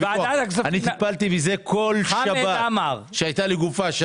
טיפלתי בזה כל שבת כשהייתה שם גופה.